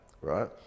Right